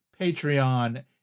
Patreon